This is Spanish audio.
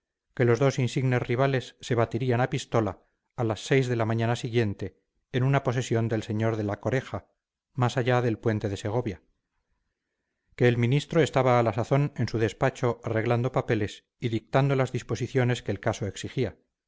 que los dos insignes rivales se batirían a pistola a las seis de la mañana siguiente en una posesión del señor de la coreja más allá del puente de segovia que el ministro estaba a la sazón en su despacho arreglando papeles y dictando las disposiciones que el caso exigía